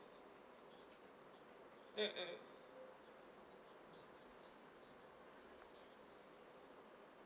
mm mm